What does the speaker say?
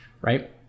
right